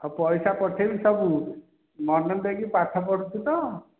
ଆଉ ପଇସା ପଠାଇବି ସବୁ ମନ ଦେଇକି ପାଠ ପଢ଼ୁଛୁ ତ